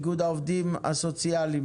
איגוד העובדות והעובדים הסוציאליים,